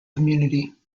community